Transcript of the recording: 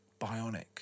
Bionic